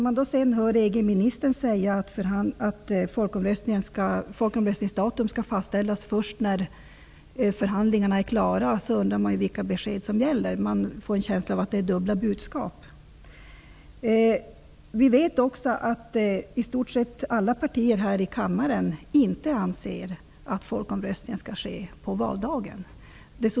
Men EG-ministern säger att folkomröstningsdatum skall fastställas först när förhandlingarna är klara. Därför undrar man vilka besked som gäller. Man får en känsla av att det är dubbla budskap. I stort sett alla partier här i kammaren anser inte att folkomröstningen skall ske på valdagen.